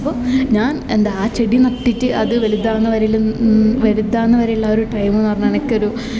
അപ്പോൾ ഞാൻ എന്താ ആ ചെടി നട്ടിട്ട് അത് വലുതാവുന്ന വരേലും വലുതാവുന്ന വരെയുള്ള ഒര് ടൈമെന്ന് പറഞ്ഞാൽ എനിക്കൊരു